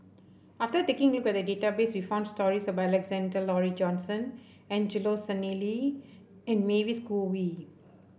after taking a look at the database we found stories about Alexander Laurie Johnston Angelo Sanelli and Mavis Khoo Oei